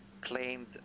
claimed